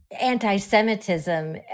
anti-Semitism